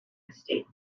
estates